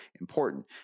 important